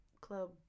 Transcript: club